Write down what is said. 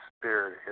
spirit